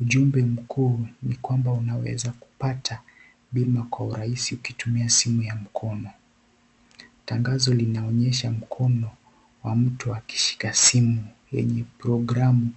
ujumbe mkuu ni kwamba unaweza kupata bima kwa urahisi ukitumia simu ya mkono. Tangazo linaonyesha mkono wa mtu akishika simu yenye programu